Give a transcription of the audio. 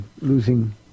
losing